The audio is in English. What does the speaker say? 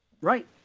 Right